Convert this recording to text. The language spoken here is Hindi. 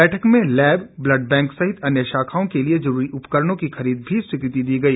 बैठक में लैब ब्लड बैंक सहित अन्य शाखाओं के लिए जरूरी उपकरणों की खरीद की भी स्वीकृति दी गई